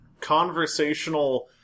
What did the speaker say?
conversational